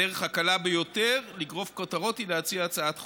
הדרך הקלה ביותר לגרוף כותרות היא להציע הצעת חוק,